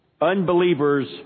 Unbelievers